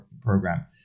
program